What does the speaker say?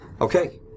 Okay